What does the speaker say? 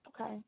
Okay